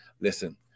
Listen